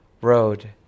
Road